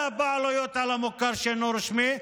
הבעלויות במוכר שאינו רשמי,